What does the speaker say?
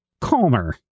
calmer